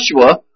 Joshua